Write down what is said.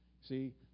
See